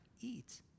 eat